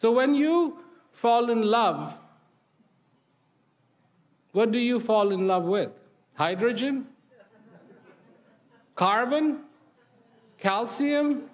so when you fall in love what do you fall in love with hydrogen carbon calcium